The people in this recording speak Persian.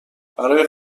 برای